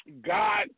God